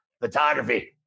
photography